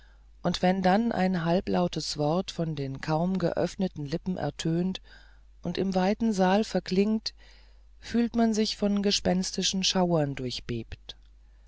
und wenn dann ein halblautes wort von den kaum geöffneten lippen ertönt und im weiten saal verklingt fühlt man sich von gespenstischen schauern